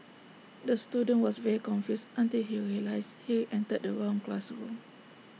the student was very confused until he realised he entered the wrong classroom